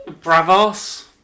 Bravos